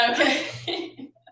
okay